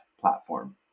platform